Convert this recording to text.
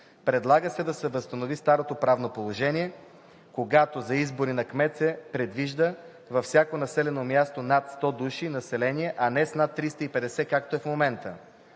Предлага се да се възстанови старото правно положение, когато избори за кмет се провеждаха във всяко населено място с над 100 души население, а не с над 350 души, както е в момента.